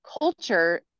culture